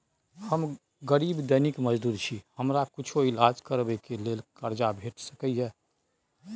हम गरीब दैनिक मजदूर छी, हमरा कुछो ईलाज करबै के लेल कर्जा भेट सकै इ?